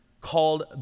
called